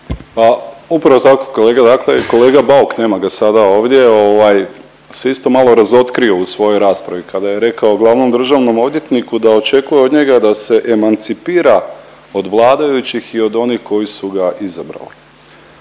Pa upravo … kolega Bauk nema ga sada ovdje se isto malo razotkrio u svojoj raspravi kada je rekao glavnom državnom odvjetniku da očekuje od njega da se emancipira od vladajućih i od onih koji su ga izabrali.